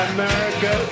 America